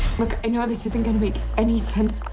look, i know this isn't gonna make any sense.